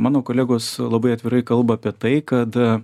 mano kolegos labai atvirai kalba apie tai kad